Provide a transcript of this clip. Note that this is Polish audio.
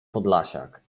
podlasiak